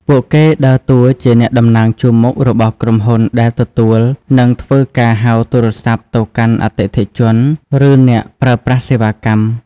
ពួកគេដើរតួជាអ្នកតំណាងជួរមុខរបស់ក្រុមហ៊ុនដែលទទួល និងធ្វើការហៅទូរស័ព្ទទៅកាន់អតិថិជន ឬអ្នកប្រើប្រាស់សេវាកម្ម។